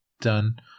done